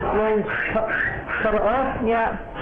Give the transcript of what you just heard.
שידוע שחזירים הם חיה מאוד אינטליגנטית,